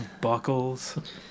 Buckles